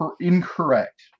incorrect